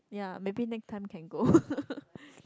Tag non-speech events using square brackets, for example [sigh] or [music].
ya maybe next time can go [laughs]